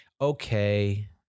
Okay